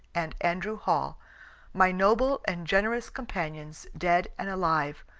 and andrew hall my noble and generous companions, dead and alive,